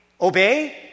obey